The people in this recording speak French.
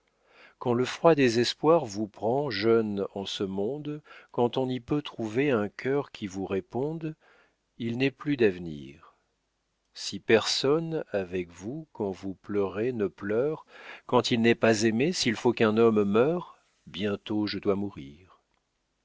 quand le froid désespoir vous prend jeune en ce monde quand on n'y peut trouver un cœur qui vous réponde il n'est plus d'avenir si personne avec vous quand vous pleurez ne pleure quand il n'est pas aimé s'il faut qu'un homme meure bientôt je dois mourir